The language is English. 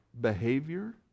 behavior